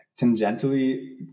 tangentially